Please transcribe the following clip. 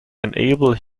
enable